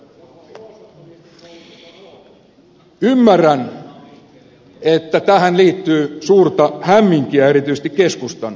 ymmärrän että tähän liittyy suurta hämminkiä erityisesti keskustan leirissä